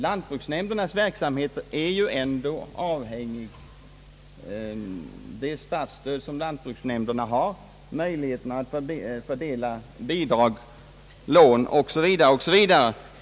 Lantbruksnämndernas verksamhet är ändå avhängig av det statsstöd som lantbruksnämnderna kan få, av möjligheterna att fördela bidrag, lån etc.